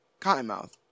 Cottonmouth